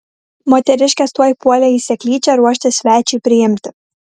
moteriškės tuoj puolė į seklyčią ruoštis svečiui priimti